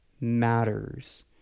matters